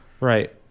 Right